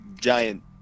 giant